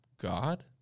God